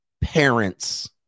Parents